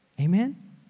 Amen